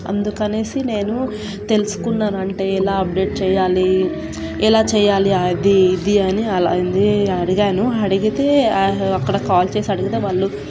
అందుకనేసి నేను తెలుసుకున్నానంటే ఎలా అప్డేట్ చేయాలి ఎలా చేయాలి అది ఇది అని అలా ఇది అడిగాను అడిగితే అక్కడ కాల్ చేసి అడిగితే వాళ్ళు